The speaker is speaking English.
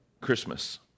Christmas